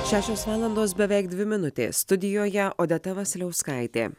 šešios valandos beveik dvi minutės studijoje odeta vasiliauskaitė